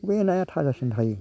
बबे नाया थाजासिन थायो